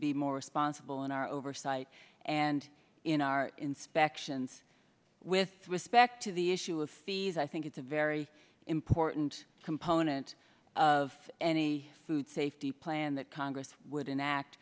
be more responsible in our oversight and in our inspections with respect to the issue of fees i think it's a very important component of any food safety plan that congress would enact